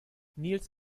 nils